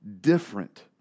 different